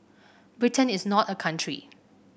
Britain is not a country